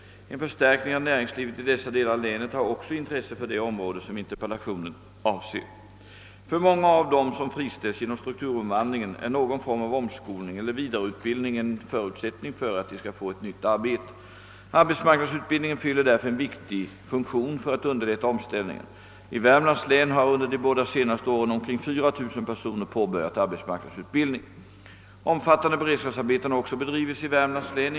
En förstärkning av näringslivet i dessa delar av länet har också intresse för det område som interpellationen avser. För många av dem som friställts genom strukturomvandlingen är någon form av omskolning eller vidareutbildning en förutsättning för att de skall få ett nytt arbete. Arbetsmarknadsutbildningen fyller därför en viktig funktion för att underlätta omställningen. I Värmlands län har under de båda senaste åren omkring 4000 personer påbörjat arbetsmarknadsutbildning. Omfattande beredskapsarbeten har också bedrivits i Värmlands län.